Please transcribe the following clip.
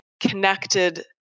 connected